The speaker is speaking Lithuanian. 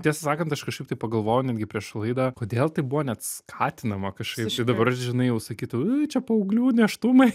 tiesą sakant aš kažkaip tai pagalvojau netgi prieš laidą kodėl tai buvo net skatinama kažkaip tai dabar žinai jau sakytų i čia paauglių nėštumai